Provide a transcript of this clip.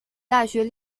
大学